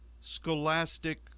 scholastic